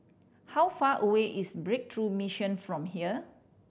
how far away is Breakthrough Mission from here